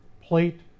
plate